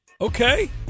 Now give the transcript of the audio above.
Okay